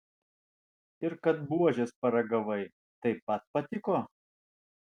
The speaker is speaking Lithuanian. ir kad buožės paragavai taip pat patiko